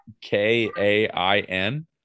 K-A-I-N